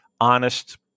honest